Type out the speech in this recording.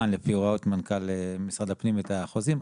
לפי הוראות מנכ"ל משרד הפנים את החוזים,